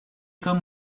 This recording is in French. comme